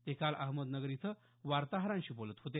ते काल अहमदनगर इथं वार्ताहरांशी बोलत होते